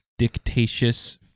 Dictatious